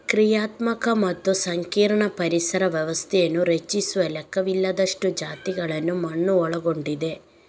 ಕ್ರಿಯಾತ್ಮಕ ಮತ್ತು ಸಂಕೀರ್ಣ ಪರಿಸರ ವ್ಯವಸ್ಥೆಯನ್ನು ರಚಿಸುವ ಲೆಕ್ಕವಿಲ್ಲದಷ್ಟು ಜಾತಿಗಳನ್ನು ಮಣ್ಣು ಒಳಗೊಂಡಿದೆ